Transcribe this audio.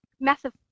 massive